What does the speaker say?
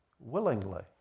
willingly